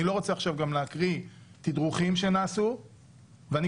אני לא רוצה להקריא תדרוכים שנעשו וגם